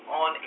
on